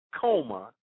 coma